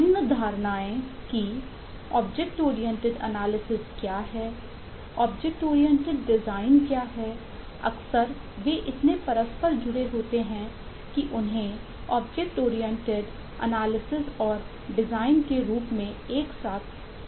निम्न धारणाएं की ऑब्जेक्ट ओरिएंटेड एनालिसिस क्या है